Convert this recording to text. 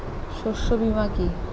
শস্য বীমা কি?